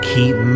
Keep